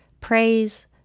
praise